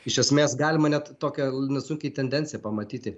iš esmės galima net tokią nesunkiai tendenciją pamatyti